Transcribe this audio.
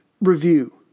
review